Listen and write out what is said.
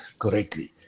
correctly